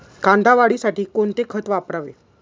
कांदा वाढीसाठी कोणते खत वापरावे?